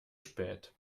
spät